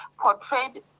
portrayed